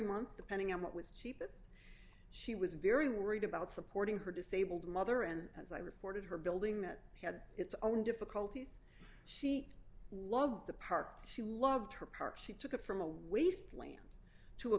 month depending on what was cheapest she was very worried about supporting her disabled mother and as i reported her building that had its own difficulties she loved the park she loved her park she took it from a wasteland to a